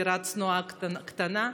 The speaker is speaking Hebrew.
על דירה צנועה קטנה,